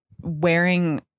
wearing